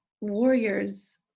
warriors